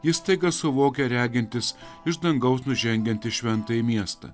jis staiga suvokia regintis iš dangaus nužengiantį šventąjį miestą